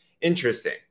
Interesting